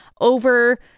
over